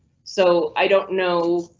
so i don't know